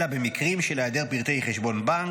אלא במקרים של היעדר פרטי חשבון בנק,